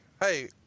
hey